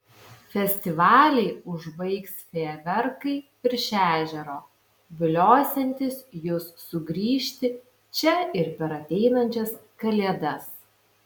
festivalį užbaigs fejerverkai virš ežero viliosiantys jus sugrįžti čia ir per ateinančias kalėdas